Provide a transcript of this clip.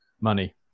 money